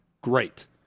great